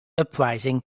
uprising